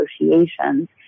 negotiations